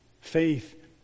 Faith